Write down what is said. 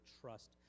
trust